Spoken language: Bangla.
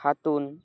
খাতুন